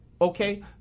okay